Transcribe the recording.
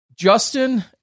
Justin